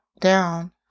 down